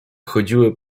chodziły